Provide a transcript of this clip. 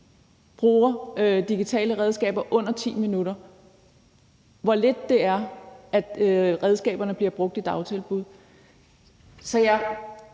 bruger digitale redskaber under 10 minutter, viser det jo, hvor lidt det er, at redskaberne bliver brugt i dagtilbud. Så ud